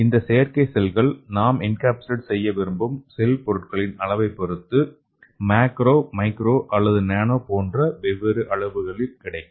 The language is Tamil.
இந்த செயற்கை செல்கள் நாம் என்கேப்சுலேட் செய்ய விரும்பும் செல் பொருட்களின் அளவைப் பொறுத்து மேக்ரோ மைக்ரோ அல்லது நேனோ போன்ற வெவ்வேறு அளவுகளில் கிடைக்கும்